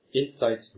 insight